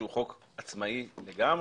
שהוא חוק עצמאי לגמרי,